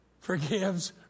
forgives